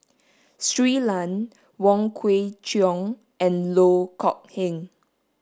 Shui Lan Wong Kwei Cheong and Loh Kok Heng